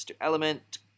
Element